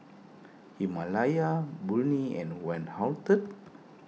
Himalaya Burnie and Van Houten